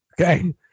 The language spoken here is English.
Okay